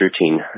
routine